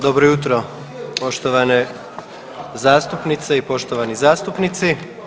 Dobro jutro, poštovane zastupnice i poštovani zastupnici.